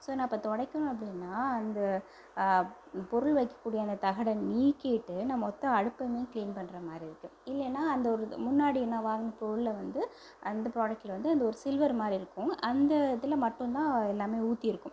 so நான் இப்போ துடைக்கணும் அப்படினா அந்த பொருள் வைக்கக்கூடிய அந்த தகடை நீக்கிட்டு நான் மொத்த அடுப்பையுமே க்ளீன் பண்ணுற மாதிரி இருக்கும் இல்லைனா அந்த ஒரு முன்னாடி நான் வாங்கின பொருளை வந்து அந்த ப்ராடக்ட்ல வந்து அந்த ஒரு சில்வர் மாதிரி இருக்கும் அந்த இதில் மட்டும் தான் எல்லாமே ஊத்திருக்கும்